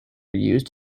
used